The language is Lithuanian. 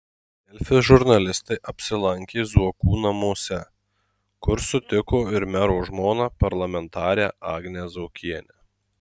delfi žurnalistai apsilankė zuokų namuose kur sutiko ir mero žmoną parlamentarę agnę zuokienę